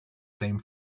same